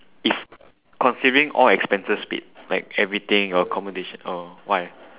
if considering all expenses paid like everything your accommodation oh why